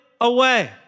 away